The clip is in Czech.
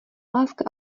láska